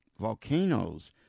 Volcanoes